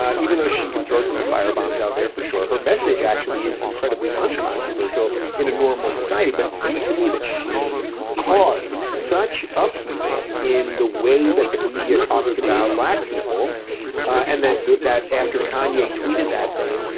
ah even though she can throw some firebombs out there for sure, her message actually is incredibly uncontroversial in a normal society, but it seems to me that she caused such upheaval in the way that the media talks about black people and that that after kanye tweeted that thing,